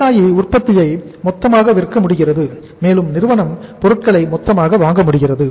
விவசாயி உற்பத்தியை மொத்தமாக விற்க முடிகிறது மேலும் நிறுவனம் பொருட்களை மொத்தமாக வாங்க முடிகிறது